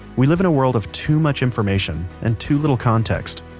we live in a world of too much information and too little context.